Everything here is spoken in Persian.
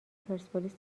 پرسپولیس